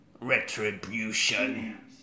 Retribution